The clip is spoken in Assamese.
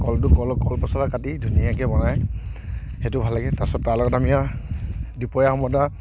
কলটো কল কল পচলা কাতি ধুনীয়াকৈ বনাই সেইটো ভাল লাগে তাৰ পাছত তাৰ লগত আমি আৰু দুপৰীয়া সময়ত আৰু